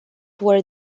were